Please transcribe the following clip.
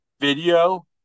video